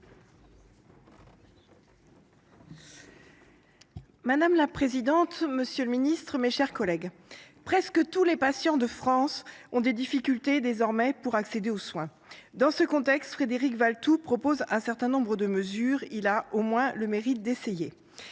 Madame la présidente, monsieur le ministre, mes chers collègues, presque tous les patients de France rencontrent désormais des difficultés pour accéder aux soins. Dans ce contexte, Frédéric Valletoux propose un certain nombre de mesures – il a au moins le mérite d’essayer